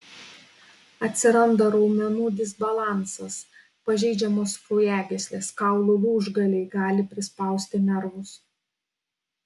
atsiranda raumenų disbalansas pažeidžiamos kraujagyslės kaulų lūžgaliai gali prispausti nervus